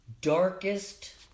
darkest